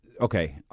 Okay